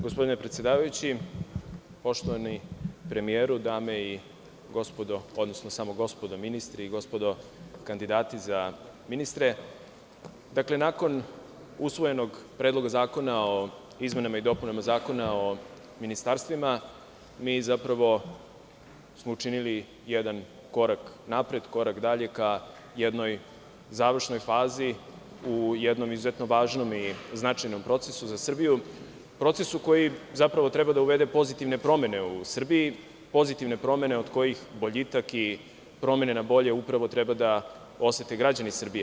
Gospodine predsedavajući, poštovani premijeru, gospodo ministri i gospodo kandidati za ministre, nakon usvojenog Predloga zakona o izmenama i dopunama Zakona o ministarstvima, zapravo smo učinili jedan korak napred, korak dalje ka jednoj završnoj fazi u jednom izuzetnom važnom i značajnom procesu za Srbiju, procesu koji treba da uvede pozitivne promene u Srbiji, pozitivne promene od kojih boljitak i promene na bolje upravo treba da osete građani Srbije.